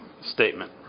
statement